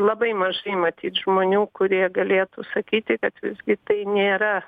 labai mažai matyt žmonių kurie galėtų sakyti kad visgi tai nėra